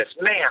Man